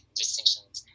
distinctions